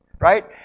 right